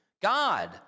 God